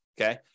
Okay